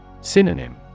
Synonym